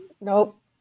nope